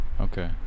Okay